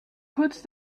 kurz